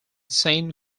saint